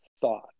thought